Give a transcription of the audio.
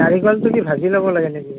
নাৰিকলটো কি ভাজি ল'ব লাগে নেকি